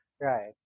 Right